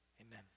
Amen